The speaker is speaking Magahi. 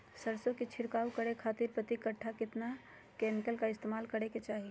सरसों के छिड़काव करे खातिर प्रति कट्ठा कितना केमिकल का इस्तेमाल करे के चाही?